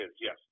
yes